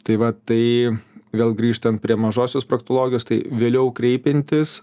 tai va tai vėl grįžtant prie mažosios proktologijos tai vėliau kreipiantis